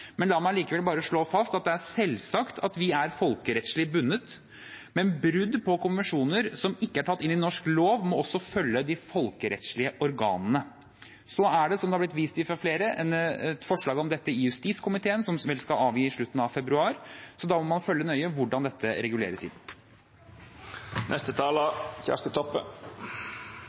La meg bare likevel slå fast at vi selvsagt er folkerettslig bundet. Men brudd på konvensjoner som ikke er tatt inn i norsk lov, må også følge de folkerettslige organene. Det er, som det har blitt vist til fra flere, et forslag om dette i justiskomiteen, som vel skal avgi innstilling i slutten av februar, så da må man følge nøye hvordan dette reguleres